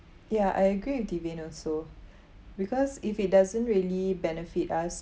ya I agree with devin also because if it doesn't really benefit us